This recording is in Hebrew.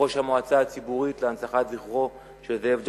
יושב-ראש המועצה הציבורית להנצחת זכרו של זאב ז'בוטינסקי,